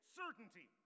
certainty